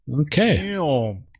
Okay